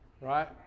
right